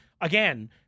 again –